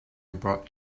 brought